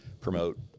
promote